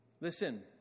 Listen